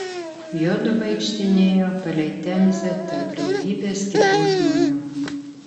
juodu vaikštinėjo palei temzę tarp daugybės kitų žmonių